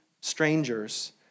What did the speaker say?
strangers